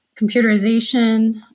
computerization